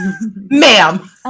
ma'am